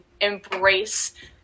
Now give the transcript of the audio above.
embrace